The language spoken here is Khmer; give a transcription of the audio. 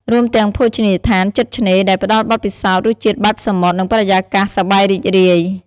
រួមទាំងភោជនីយដ្ឋានជិតឆ្នេរ ដែលផ្តល់បទពិសោធន៍រសជាតិបែបសមុទ្រ និងបរិយាកាសសប្បាយរីករាយ។